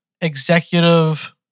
executive